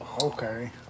Okay